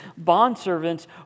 Bondservants